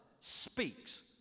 speaks